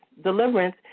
Deliverance